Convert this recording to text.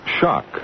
shock